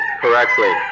correctly